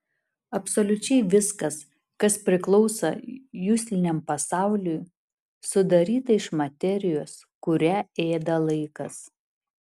absoliučiai viskas kas priklauso jusliniam pasauliui sudaryta iš materijos kurią ėda laikas